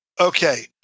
okay